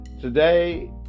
Today